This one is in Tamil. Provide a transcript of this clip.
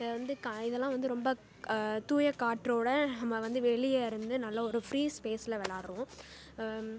வந்து இதெலாம் வந்து ரொம்ப தூய காற்றோடு நம்ப வந்து வெளியேருந்து நல்ல ஒரு ஃப்ரீ ஸ்பேஸில் விளையாட்றோம்